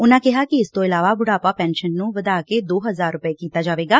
ਉਨਾਂ ਕਿਹਾ ਕਿ ਇਸ ਤੋਂ ਇਲਾਵਾ ਬੁਢਾਪਾ ਪੈਨਸ਼ਨ ਨੂੰ ਵਧਾ ਕੇ ਦੋ ਹਜ਼ਾਰੱ ਰੁਪਏ ਕੀਤਾ ਜਾਵੇਗਾ